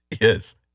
Yes